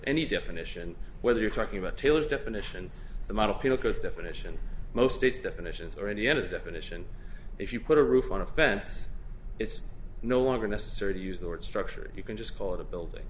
any definition whether you're talking about taylor's definition the model penal codes definition most states definitions or any end of definition if you put a roof on a fence it's no longer necessary to use the word structure you can just call it a building